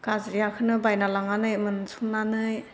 गाज्रियाखौनो बायना लांनानै मोनस'ननानै